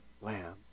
lamb